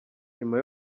nyuma